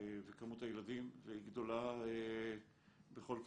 וכמות הילדים גדולה בכל כיתה.